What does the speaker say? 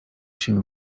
się